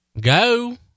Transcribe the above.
Go